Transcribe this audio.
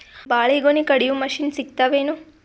ಬಾಳಿಗೊನಿ ಕಡಿಯು ಮಷಿನ್ ಸಿಗತವೇನು?